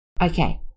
Okay